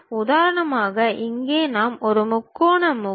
உதாரணமாக இங்கே நாம் ஒரு முக்கோண முகம்